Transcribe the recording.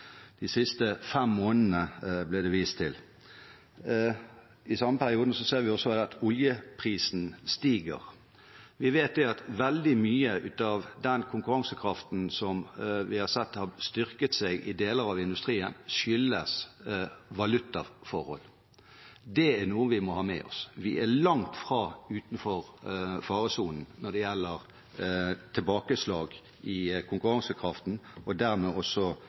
de siste fem månedene ble det vist til. I den samme perioden har vi også sett at oljeprisen har steget. Vi vet at veldig mye av den konkurransekraften som vi har sett har styrket seg i deler av industrien, skyldes valutaforhold. Det er noe vi må ha med oss. Vi er langt fra utenfor faresonen når det gjelder tilbakeslag i konkurransekraften, og dermed også